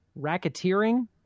racketeering